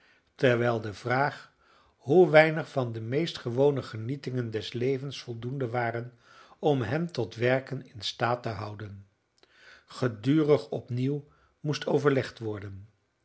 terwijl de vraag hoe weinig van de meest gewone genietingen des levens voldoende waren om hen tot werken in staat te houden gedurig opnieuw moest overlegd worden